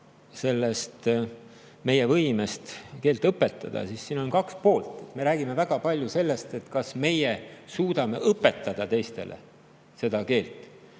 kõnelda meie võimest keelt õpetada, siis siin on kaks poolt. Me räägime väga palju sellest, kas meie suudame õpetada teistele [eesti] keelt.